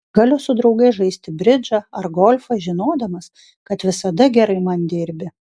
galiu su draugais žaisti bridžą ar golfą žinodamas kad visada gerai man dirbi